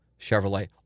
Chevrolet